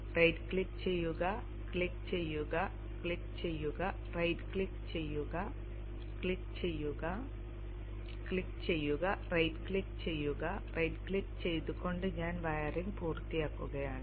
right click ചെയ്യുക click ചെയ്യുക click ചെയ്യുക റൈറ്റ് ക്ലിക്ക് ചെയ്യുക ക്ലിക്ക് ചെയ്യുക ക്ലിക്ക് ചെയ്യുക ക്ലിക്ക് ചെയ്യുക ക്ലിക്ക് ചെയ്യുക റൈറ്റ് ക്ലിക്ക് ചെയ്യുക റൈറ്റ് ക്ലിക്ക് ചെയ്തുകൊണ്ട് ഞാൻ വയറിംഗ് പൂർത്തിയാക്കുകയാണ്